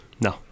No